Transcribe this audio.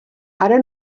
ara